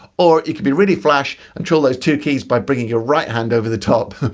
or, you could be really flash and trill those two keys by bringing your right hand over the top.